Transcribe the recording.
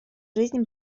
жизнь